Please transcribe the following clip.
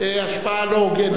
השפעה לא הוגנת.